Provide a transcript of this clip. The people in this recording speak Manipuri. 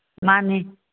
ꯃꯥꯅꯤ